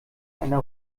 einer